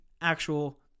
actual